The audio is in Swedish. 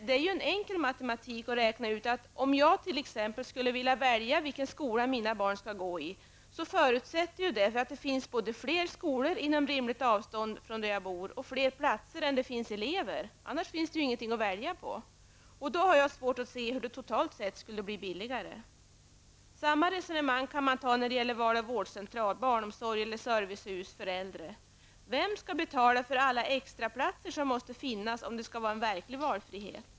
Det är ju en enkel matematik att räkna ut att om jag skall kunna välja t.ex. vilken skola mina barn skall gå i, förutsätter ju detta att det finns både flera skolor inom rimligt avstånd från där jag bor och fler platser än det finns elever, annars finns det ju inget att välja på. Då har jag svårt att se hur det totalt sett skulle bli billigare. Samma resonemang kan man använda när det gäller val av vårdcentral, barnomsorg eller servicehus för äldre. Vem skall betala för alla extraplatser som måste finnas om det skall vara en verklig valfrihet?